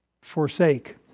forsake